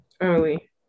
early